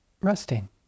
resting